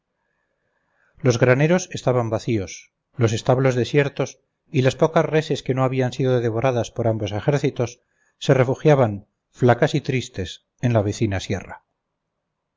los graneros estaban vacíos los establos desiertos y las pocas reses que no habían sido devoradas por ambos ejércitos se refugiaban flacas y tristes en la vecina sierra